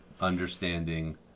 understanding